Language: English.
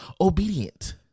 obedient